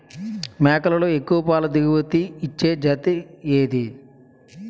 మేకలలో ఎక్కువ పాల దిగుమతి ఇచ్చే జతి ఏది?